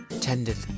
tenderly